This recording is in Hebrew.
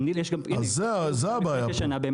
זו הבעיה פה?